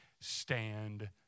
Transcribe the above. stand